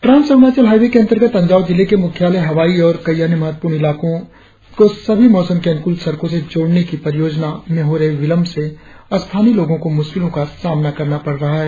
trans Arunachal highway के अंगर्तग अंजाव जिले के मुख्यालय हवाई और कई अन्य महत्वपूर्ण इलाकों को सभी मौसम के अनुकूल सड़कों से जोड़ने की परियोजना में हो रहे विलंब से स्थानीय लोगों को मुश्किलों का सामना करना पड़ रहा है